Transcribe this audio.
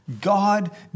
God